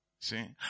See